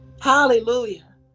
hallelujah